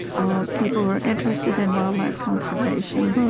ah people who are interested in wildlife conservation,